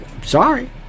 Sorry